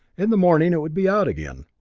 in the morning it would be out again.